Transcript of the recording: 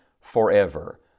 forever